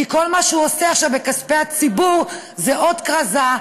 כי כל מה שהוא עושה עכשיו בכספי הציבור זה עוד כרזה,